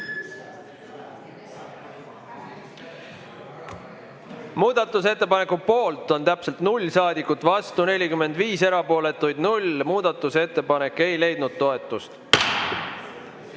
Muudatusettepaneku poolt on täpselt 0 saadikut, vastu 45, erapooletuid 0. Muudatusettepanek ei leidnud toetust.